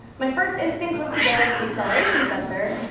my first instinct was to go with the acceleration sensor,